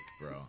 bro